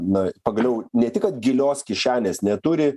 na pagaliau ne tik kad gilios kišenės neturi